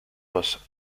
was